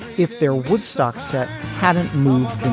if their woodstock set hadn't moved.